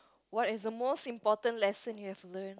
what is the most important lesson you have learnt